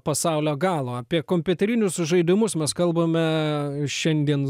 pasaulio galo apie kompiuterinius žaidimus mes kalbame šiandien